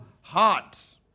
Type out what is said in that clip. heart